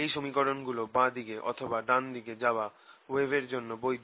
এই সমীকরণ গুলো বাঁ দিকে অথবা ডান দিকে যাওয়া ওয়েভের জন্য বৈধ